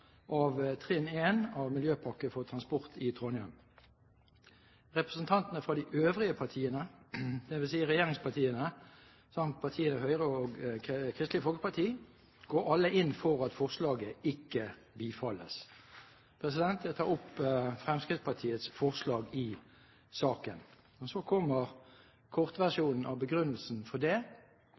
av trinn 1 av miljøpakke for transport i Trondheim. Representantene fra de øvrige partiene, det vil si regjeringspartiene samt Høyre og Kristelig Folkeparti, går alle inn for at forslaget ikke bifalles. Jeg tar opp Fremskrittspartiets forslag i saken. Så kommer kortversjonen av begrunnelsen for det: